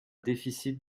déficit